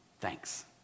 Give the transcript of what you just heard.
Thanks